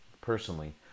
personally